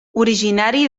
originari